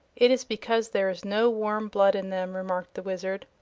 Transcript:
it is because there is no warm blood in them, remarked the wizard.